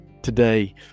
Today